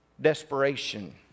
desperation